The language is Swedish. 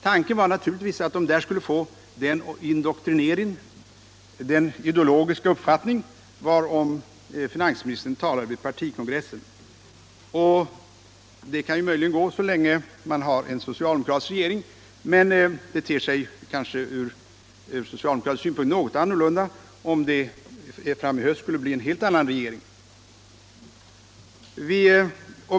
Tanken var naturligtvis att dessa representanter vid de här sammanträffandena skulle få den indoktrinering, den ideologiska uppfattning, varom finansministern talade på partikongressen. Det kan ju möjligen gå så länge man har en socialdemokratisk regering. Men det ter sig kanske ur socialdemokratisk synpunkt något annorlunda om det i höst skulle bli en helt annan regering.